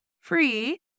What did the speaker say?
free